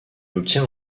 obtient